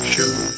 Show